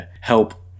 help